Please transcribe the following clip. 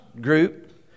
group